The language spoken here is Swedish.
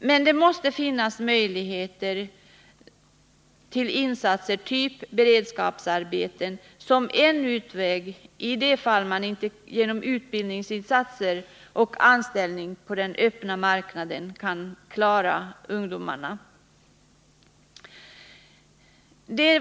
Men det måste finnas möjligheter till insatser av typ beredskapsarbeten såsom en utväg i de fall man inte genom utbildningsinsatser och anställning på den öppna marknaden kan klara ungdomarna.